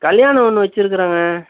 கல்யாணம் ஒன்று வெச்சுருக்குறேங்க